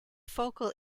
focal